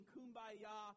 Kumbaya